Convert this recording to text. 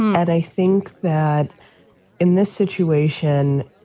and i think that in this situation,